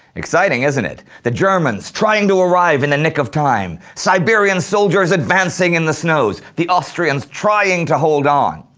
exciting, isn't it? the germans trying to arrive in the nick of time, siberian soldiers advancing in the snows, the austrians trying to hold on.